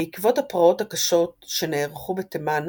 בעקבות הפרעות הקשות שנערכו בתימן,